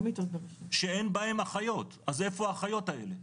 שאין בהן אחיות, אז איפה האחיות האלה?